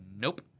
nope